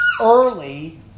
early